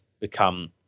become